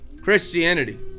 christianity